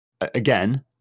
Again